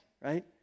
right